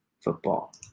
football